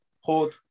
hold